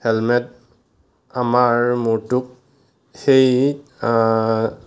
helmet আমাৰ মূৰটোক সেই